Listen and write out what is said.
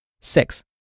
Six